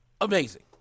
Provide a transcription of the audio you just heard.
amazing